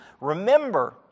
Remember